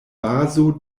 bazo